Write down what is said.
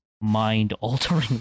mind-altering